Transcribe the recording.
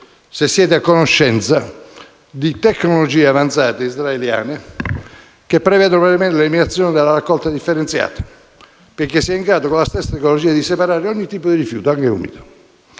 se siete a conoscenza di tecnologie avanzate israeliane che prevedono l'eliminazione della raccolta differenziata, perché con la stessa tecnologia si è in grado di separare ogni tipo di rifiuto, anche l'umido.